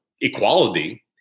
equality